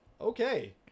Okay